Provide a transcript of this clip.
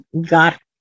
got